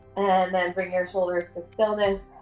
and then bring your shoulders to stillness,